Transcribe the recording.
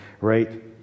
right